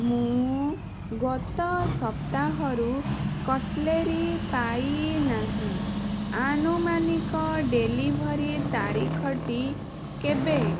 ମୁଁ ଗତ ସପ୍ତାହରୁ କଟ୍ଲେରୀ ପାଇନାହିଁ ଆନୁମାନିକ ଡେଲିଭରି ତାରିଖଟି କେବେ